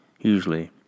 Usually